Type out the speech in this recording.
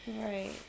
Right